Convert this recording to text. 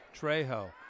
Trejo